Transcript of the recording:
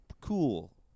cool